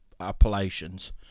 appellations